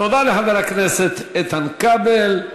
תודה לחבר הכנסת איתן כבל.